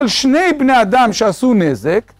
על שני בני אדם שעשו נזק